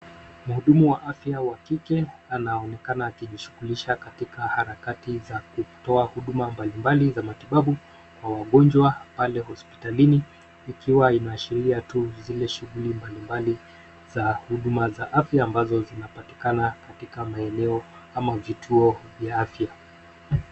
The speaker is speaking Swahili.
Mhudumu wa afya wa kike anaonekana akijishughulisha katika harakati za kutoa huduma mbali mbali za matibabu, kwa wagonjwa pale hospitalini ,ikiwa imeashiria tu zile shughuli mbali mbali za huduma za afya, ambazo zinapatikana katika maeneo kama vituo vya afya.